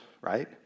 right